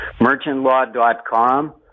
Merchantlaw.com